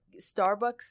Starbucks